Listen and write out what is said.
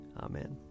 Amen